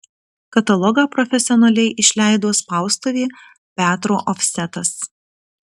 katalogą profesionaliai išleido spaustuvė petro ofsetas